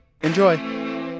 Enjoy